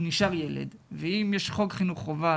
הוא נשאר ילד ואם יש חוק חינוך חובה,